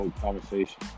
conversation